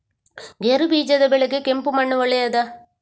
ಗೇರುಬೀಜದ ಬೆಳೆಗೆ ಕೆಂಪು ಮಣ್ಣು ಒಳ್ಳೆಯದಾ?